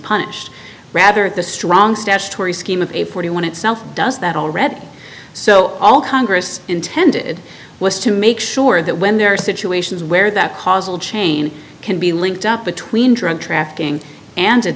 punished rather the strong statutory scheme of a forty one itself does that already so all congress intended was to make sure that when there are situations where that causal chain can be linked up between drug trafficking an